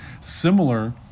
similar